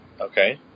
Okay